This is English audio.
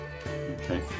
Okay